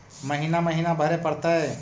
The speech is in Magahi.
महिना महिना भरे परतैय?